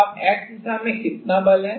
अब x दिशा में कितना बल है